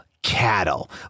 Cattle